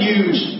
Huge